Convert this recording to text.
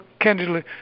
candidly